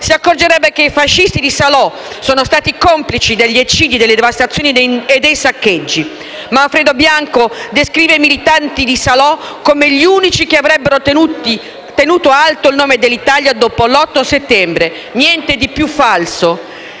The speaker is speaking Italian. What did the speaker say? Si accorgerebbe che i fascisti di Salò sono stati complici degli eccidi, delle devastazioni e dei saccheggi. Manfredo Bianchi descrive i militari di Salò come gli unici che avrebbero tenuto alto il nome dell'Italia dopo l'8 settembre. Niente di più falso.